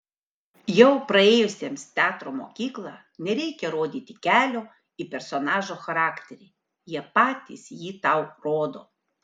jau praėjusiems teatro mokyklą nereikia rodyti kelio į personažo charakterį jie patys jį tau rodo